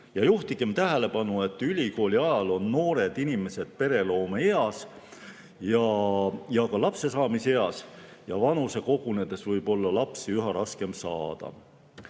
Ma juhin tähelepanu, et ülikooli ajal on noored inimesed pereloome eas ja ka lapsesaamise eas, vanuse kasvades võib olla lapsi üha raskem saada.